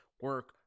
Work